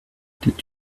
did